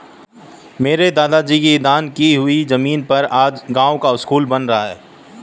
मेरे दादाजी की दान की हुई जमीन पर आज गांव का स्कूल बन रहा है